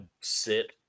sit